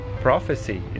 prophecy